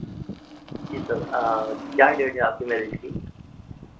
जी sir क्या date है आपकी मैरिज की